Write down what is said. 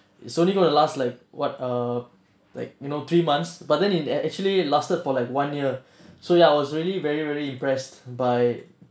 it's only gonna last like what err like you know three months but then it actually lasted for like one year so ya I was really very very impressed by